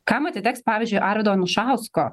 kam atiteks pavyzdžiui arvydo anušausko